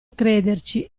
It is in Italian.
crederci